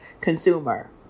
consumer